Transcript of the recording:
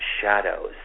shadows